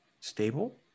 stable